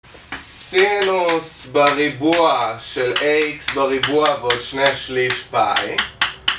סינוס בריבוע של AX בריבוע ועוד שני שליש פיי.